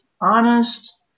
honest